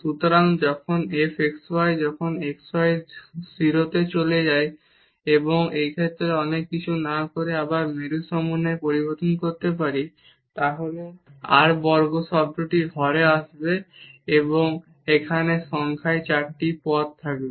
সুতরাং যখন f x y যখন x y 0 তে চলে যায় এবং এই ক্ষেত্রে অনেক কিছু না করে আমরা আবার মেরু সমন্বয়ে পরিবর্তন করতে পারি তাহলে r বর্গ শব্দটি হর এ আসবে এবং এখানে সংখ্যায় 4 টি পদ থাকবে